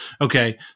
Okay